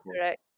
correct